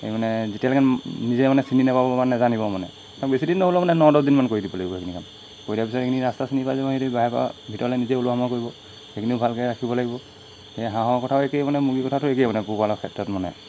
এই মানে যেতিয়ালৈকে নিজে মানে চিনি নাপাব মানে নাজানিব মানে বেছি দিন নহ'লেও মানে ন দহদিনমান কৰি দিব লাগিব সেইখিনি কাম কৰি দিয়াৰ পিছত সেইখিনি ৰাস্তা চিনি পাই যাব সেইটো বাহিৰৰপৰা ভিতৰলৈ নিজে ওলোৱা সোমোৱা কৰিব সেইখিনিও ভালকৈ ৰাখিব লাগিব সেই হাঁহৰ কথাও একে মানে মুৰ্গী কথাটো একেই মানে পোহপালৰ ক্ষেত্ৰত মানে